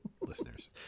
listeners